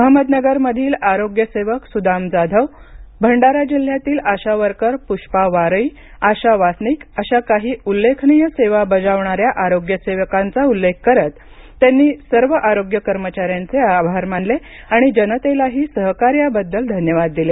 अहमदनगरमधील आरोग्य सेवक सुदाम जाधव भंडारा जिल्ह्यातील आशा वर्कर पुष्पा वारई आशा वासनिक अशा काही उल्लेखनीय सेवा बजावणार्य आरोग्य सेवकांचा उल्लेख करत त्यांनी सर्व आरोग्य कर्मचाऱ्यांचे आभार मानले आणि जनतेलाही सहकार्याबद्दल धन्यवाद दिले